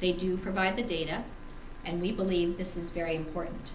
they do provide the data and we believe this is very important